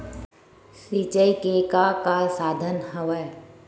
सिंचाई के का का साधन हवय?